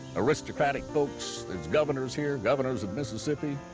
aristocratic folks. there's governors here, governors of mississippi,